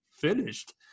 finished